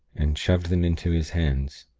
and shoved them into his hands.